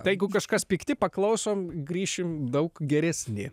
tai jeigu kažkas pikti paklausom grįšim daug geresni